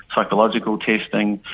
psychological testing,